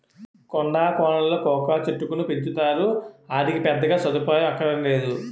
కొండా కోనలలో కోకా చెట్టుకును పెంచుతారు, ఆటికి పెద్దగా సదుపాయం అక్కరనేదు